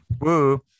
woo